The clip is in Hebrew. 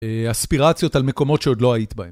אספירציות על מקומות שעוד לא היית בהן.